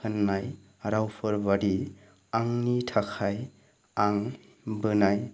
होननाय रावफोरबादि आंनि थाखाय आं बोनाय